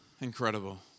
Incredible